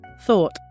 thought